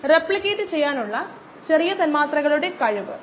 ഇതുപോലുള്ള ഒരു കർവ് എന്ത് നൽകുമെന്ന് നിങ്ങൾക്ക് ഊഹിക്കാമോ